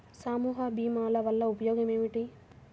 సమూహ భీమాల వలన ఉపయోగం ఏమిటీ?